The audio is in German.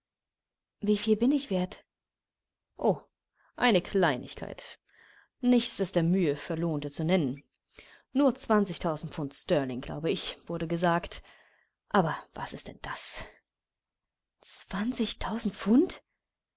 wieviel bin ich wert o eine kleinigkeit nichts das der mühe verlohnte zu nennen nur zwanzigtausend pfund sterling glaube ich wurde gesagt aber was ist denn das zwanzigtausend pfund